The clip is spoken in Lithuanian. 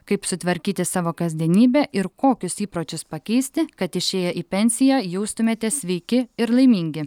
kaip sutvarkyti savo kasdienybę ir kokius įpročius pakeisti kad išėję į pensiją jaustumėtės sveiki ir laimingi